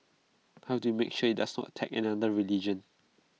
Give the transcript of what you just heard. how do you make sure IT does not attack another religion